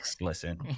Listen